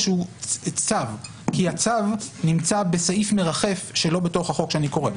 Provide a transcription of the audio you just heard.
שהוא צו כי הצו נמצא בסעיף מרחף שלא בתוך החוק כשאני קורא.